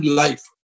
life